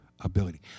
ability